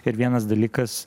ir vienas dalykas